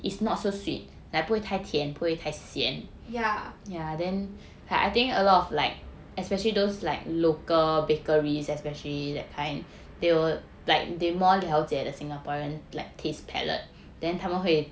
yeah